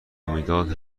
میداد